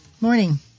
Morning